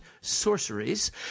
Sorceries